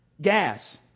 gas